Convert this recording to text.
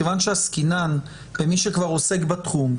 מכיוון שעסקינן במי שכבר עוסק בתחום,